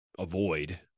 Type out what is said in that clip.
avoid